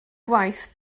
gwaith